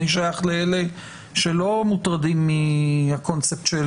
אני שייך לאלה שלא מוטרדים מהקונספט של